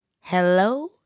Hello